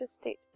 state